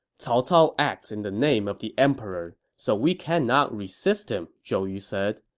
cao cao acts in the name of the emperor, so we cannot resist him, zhou yu said.